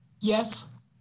Yes